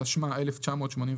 התשמ"ה-1985,